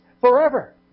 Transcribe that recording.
forever